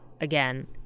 Again